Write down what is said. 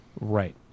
Right